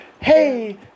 hey